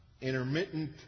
intermittent